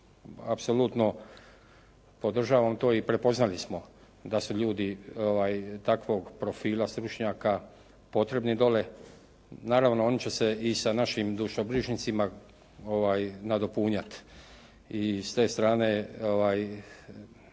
apsolutno podržavam to i prepoznali smo da su ljudi takvog profila stručnjaka potrebni dole. Naravno oni će se i sa našim dušobrižnicima nadopunjat i s te strane